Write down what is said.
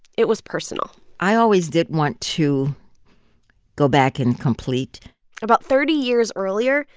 it was personal i always did want to go back and complete about thirty years earlier,